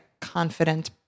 confident